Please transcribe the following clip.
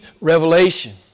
revelation